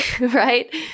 right